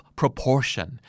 proportion